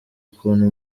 ukuntu